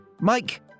mike